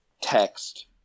text